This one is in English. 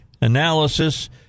analysis